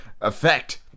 effect